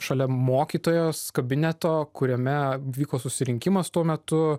šalia mokytojos kabineto kuriame vyko susirinkimas tuo metu